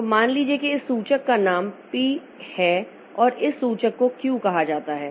तो मान लीजिए कि इस सूचक का नाम p है और इस सूचक को q कहा जाता है